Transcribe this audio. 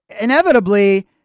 inevitably